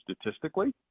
statistically